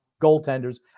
goaltenders